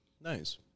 Nice